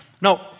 Now